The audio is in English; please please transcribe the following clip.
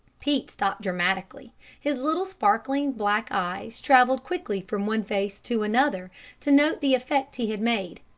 pete stopped dramatically his little sparkling black eyes traveled quickly from one face to another to note the effect he had made.